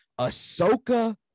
ahsoka